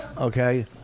Okay